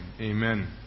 Amen